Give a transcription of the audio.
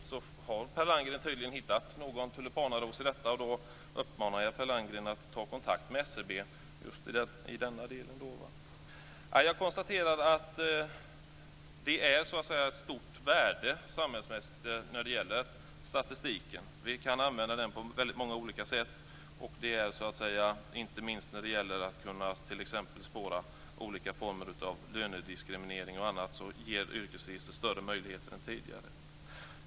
Tydligen har Per Landgren här hittat någon tulipanaros, och då uppmanar jag Per Landgren att ta kontakt med SCB i den delen. Jag konstaterar att statistiken är av stort värde för samhället. Vi kan använda den på väldigt många olika sätt. Inte minst när det gäller att t.ex. kunna spåra olika former av lönediskriminering och annat ger yrkesregistret större möjligheter än vi haft tidigare.